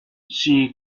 she